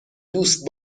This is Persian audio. دوست